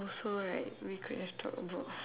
also right we could have talked about